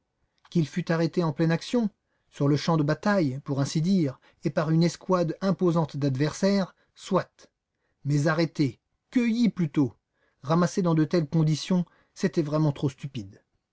qu'il fût arrêté en pleine action sur le champ de bataille pour ainsi dire et par une escouade imposante d'adversaires soit mais arrêté cueilli plutôt ramassé dans de telles conditions c'était vraiment trop stupide